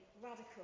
radical